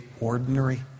ordinary